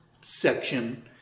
section